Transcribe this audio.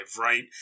right